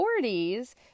40s